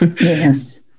Yes